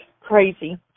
crazy